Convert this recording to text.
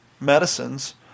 medicines